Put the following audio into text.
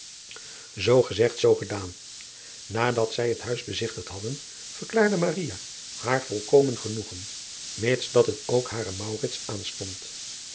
gezegd zoo gedaan adat zij het huis bezigtigd hadden verklaarde haar volkomen genoegen mits dat het ook haren aanstond